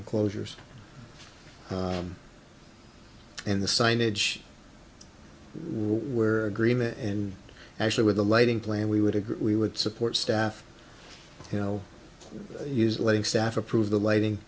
enclosures and the signage were agreement and actually with the lighting plan we would agree we would support staff you know use letting staff approve the lighting